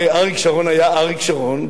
כשאריק שרון היה אריק שרון,